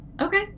okay